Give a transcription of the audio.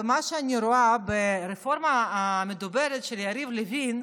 במה שאני רואה ברפורמה המדוברת של יריב לוין,